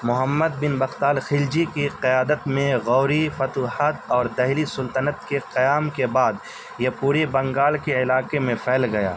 محمد بن بختیار خلجی کے قیادت میں گوری فتوحات اور دہلی سلطنت کے قیام کے بعد یہ پوری بنگال کے علاقے میں پھیل گیا